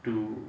to